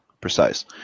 precise